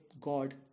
God